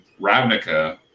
Ravnica